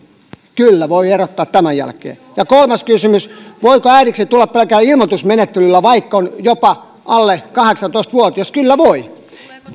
kyllä voidaan erottaa tämän jälkeen ja kolmas kysymys voiko äidiksi tulla pelkällä ilmoitusmenettelyllä vaikka on jopa alle kahdeksantoista vuotias kyllä voi